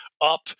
up